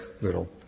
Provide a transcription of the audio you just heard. little